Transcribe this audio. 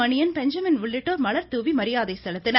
Maniyan Benjamin உள்ளிட்டோர் மலர்தூவி மரியாதை செலுத்தின்